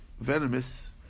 venomous